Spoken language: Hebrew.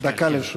דקה לרשותך.